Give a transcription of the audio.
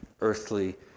earthly